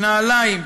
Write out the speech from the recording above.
נעליים,